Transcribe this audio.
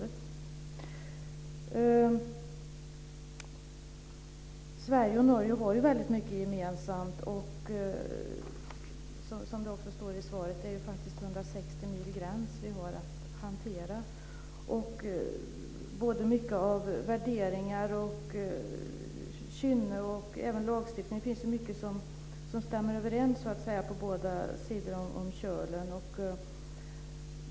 Sverige och Norge har ju väldigt mycket gemensamt och, som det också står i svaret, det är 160 mil gräns vi har att hantera. Mycket av värderingar, kynne och även lagstiftning stämmer överens på båda sidor om Kölen.